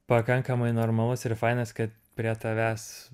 pakankamai normalus ir fainas kad prie tavęs